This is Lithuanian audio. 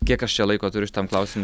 kiek aš čia laiko šimtam klausim